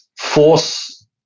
force